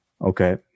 Okay